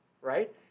right